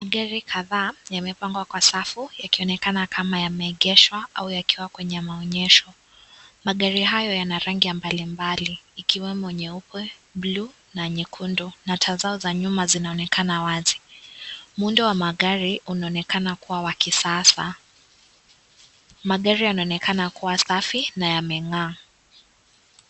Gari kadhaa yamepangwa kwa safu yakionekana kama yameegeshwa au yakiwa kwenye maonyesho. Magari hayo yana rangi mbalimbali ikiwemo nyeupe, bluu na nyekundu. Na taa zao za nyuma zinaonekana wazi. Muundo wa magari unaonekana kuwa wa kisasa. Magari yanaonekana kuwa safi na yameng'aa.